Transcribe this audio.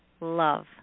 Love